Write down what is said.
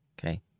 okay